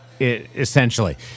essentially